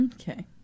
Okay